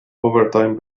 overtime